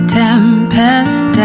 tempest